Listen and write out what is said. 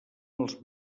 els